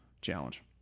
challenge